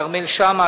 כרמל שאמה,